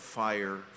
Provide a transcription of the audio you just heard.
fire